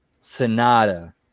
Sonata